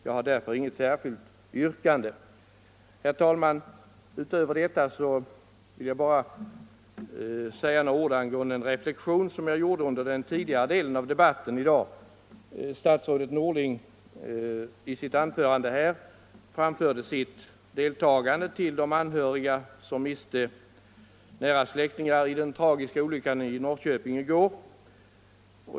Jag har därför inget särskilt yrkande. Herr talman! Utöver detta vill jag bara göra en reflexion från den tidigare delen av debatten i dag, då statsrådet Norling i sitt anförande framförde sitt djupa deltagande till de anhöriga som miste nära släktingar i den tragiska olyckan i Norrköping i går.